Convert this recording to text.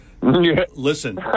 listen